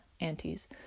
aunties